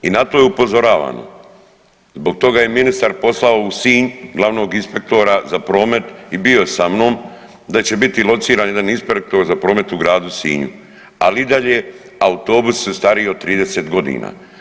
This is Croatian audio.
I na to je upozoravano i zbog toga je ministar poslao u Sinj glavnog inspektora za promet i bio sa mnom, da će biti lociran jedan inspektor za promet u gradu Sinju, ali i dalje autobusi stariji od 30 godina.